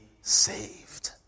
saved